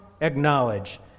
acknowledge